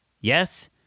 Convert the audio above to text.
Yes